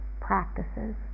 practices